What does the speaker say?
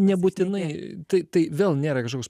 nebūtinai tai tai vėl nėra kažkoks